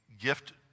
gift